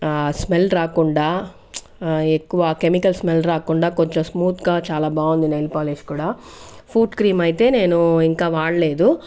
smell రాకుండా ఎక్కువ chemicals smell రాకుండా కొంచెం స్మూత్గా చాలా బాగుంది నెయిల్ పాలిష్ కూడా ఫ్రూట్ క్రీమ్ అయితే నేను ఇంకా వాడలేదు